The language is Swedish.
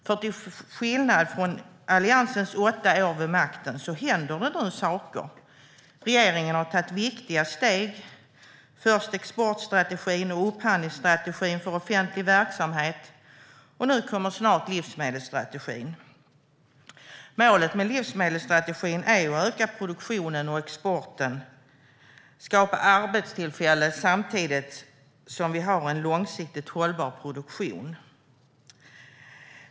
Till skillnad från under Alliansens åtta år vid makten händer det nu saker. Regeringen har tagit viktiga steg. Först kom exportstrategin och upphandlingsstrategin för offentlig verksamhet, och snart kommer livsmedelsstrategin. Målet med livsmedelsstrategin är att öka produktionen och exporten och skapa arbetstillfällen samtidigt som vi har en långsiktigt hållbar produktion.